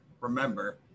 remember